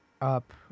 up